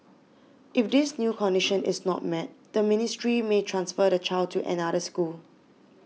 if this new condition is not met the ministry may transfer the child to another school